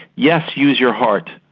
yes, use your heart,